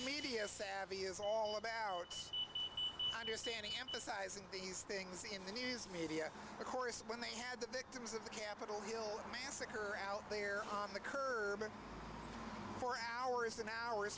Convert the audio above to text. media savvy is all about understanding emphasizing these things in the news media of course when they had the victims of the capitol hill massacre out there on the curb and for hours and hours